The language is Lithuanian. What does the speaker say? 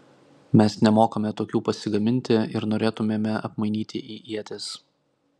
mes nemokame tokių pasigaminti ir norėtumėme apmainyti į ietis